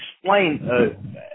explain